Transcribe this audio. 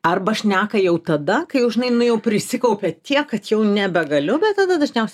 arba šneka jau tada kai jau žinai nu jau prisikaupia tiek kad jau nebegaliu bet tada dažniausiai